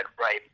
right